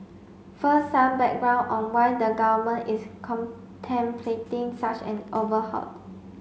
first some background on why the Government is contemplating such an overhauled